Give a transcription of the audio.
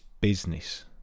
business